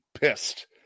pissed